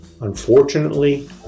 unfortunately